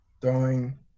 throwing